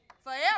Forever